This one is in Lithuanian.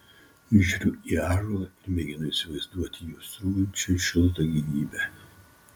žiūriu į ąžuolą ir mėginu įsivaizduoti juo srūvančią šiltą gyvybę